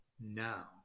now